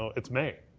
it's may.